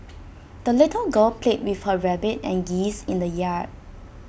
the little girl played with her rabbit and geese in the yard